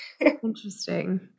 Interesting